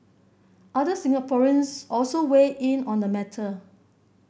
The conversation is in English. other Singaporeans also weigh in on the matter